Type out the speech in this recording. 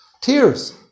Tears